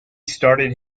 started